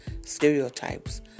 stereotypes